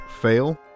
fail